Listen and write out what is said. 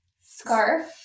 scarf